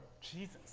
Jesus